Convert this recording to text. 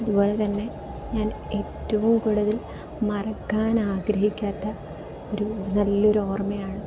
അതുപോലെ തന്നെ ഞാൻ ഏറ്റവും കൂടുതൽ മറക്കാൻ ആഗ്രഹിക്കാത്ത ഒരു നല്ല ഒരു ഓർമ്മയാണ്